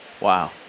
Wow